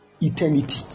eternity